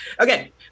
Okay